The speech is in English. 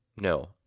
No